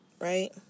right